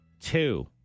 two